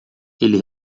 ele